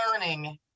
learning